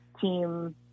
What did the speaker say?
team